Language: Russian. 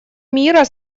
мира